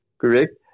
correct